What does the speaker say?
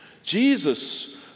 Jesus